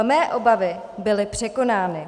Mé obavy byly překonány.